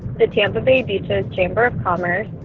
the tampa bay beach's chamber of commerce.